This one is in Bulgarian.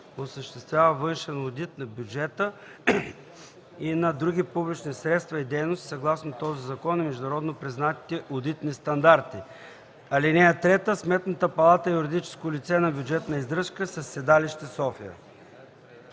осъществява външен одит на бюджета и на други публични средства и дейности съгласно този закон и международно признатите одитни стандарти. (3) Сметната палата е юридическо лице на бюджетна издръжка със седалище София.”